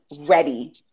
ready